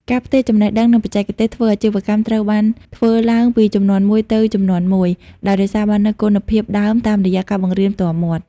ការផ្ទេរចំណេះដឹង និងបច្ចេកទេសធ្វើអាជីវកម្មត្រូវបានធ្វើឡើងពីជំនាន់មួយទៅជំនាន់មួយ ដោយរក្សាបាននូវគុណភាពដើមតាមរយៈការបង្រៀនផ្ទាល់មាត់។